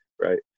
right